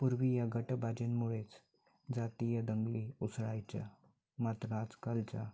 पूर्वी या गटबाज्यांमुळेच जातीय दंगली उसळायच्या मात्र आजकालच्या